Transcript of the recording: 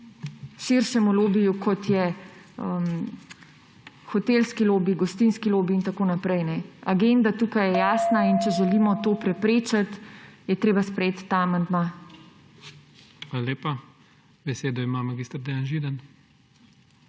širšemu lobiju, kot je hotelski lobi, gostinski lobi in tako naprej. Agenda tukaj je jasna in če želimo to preprečiti, je treba sprejeti ta amandma. PREDSEDNIK IGOR ZORČIČ: Hvala lepa. Besedo ima mag. Dejan Židan.